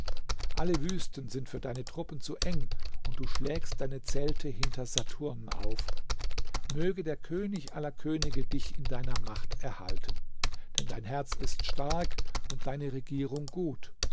alle wüsten sind für deine truppen zu eng und du schlägst deine zelte hinter saturn auf möge der könig aller könige dich in deiner macht erhalten denn dein herz ist stark und deine regierung gut